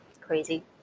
crazy